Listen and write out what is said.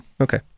Okay